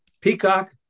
Peacock